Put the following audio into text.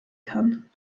kann